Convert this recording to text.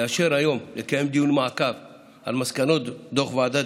לאשר היום לקיים דיון מעקב על מסקנות דוח ועדת